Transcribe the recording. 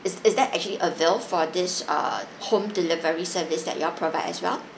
is is that actually avail for this uh home delivery service that you all provide as well